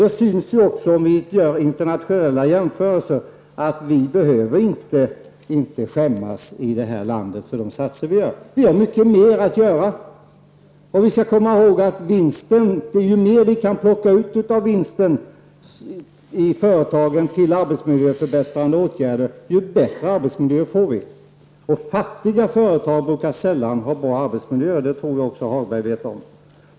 Det syns också om vi gör internationella jämförelser att vi inte behöver skämmas i detta land för de insatser vi gör. Men vi har mycket mer att göra. Vi skall komma ihåg att ju mer vi kan plocka ut av vinster i företagen till arbetsmiljöförbättrande åtgärder, desto bättre arbetsmiljö får vi. Fattiga företag brukar sällan ha bra arbetsmiljöer. Det tror jag också Lars-Ove Hagberg vet om.